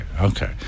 okay